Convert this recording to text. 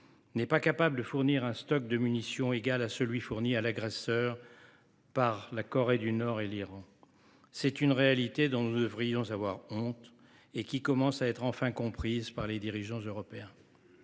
n’est pas capable de fournir un stock de munitions égal à celui qui est procuré à l’agresseur par la Corée du Nord et l’Iran. Voilà une réalité dont nous devrions avoir honte et qui commence à être enfin comprise par les dirigeants européens.